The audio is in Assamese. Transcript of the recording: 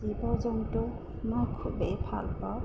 জীৱ জন্তু মই খুবেই ভালপাওঁ